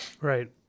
Right